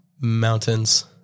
Mountains